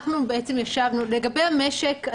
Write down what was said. אנחנו בעצם ישבנו לגבי המשק,